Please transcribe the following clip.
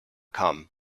come